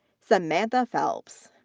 samantha felps,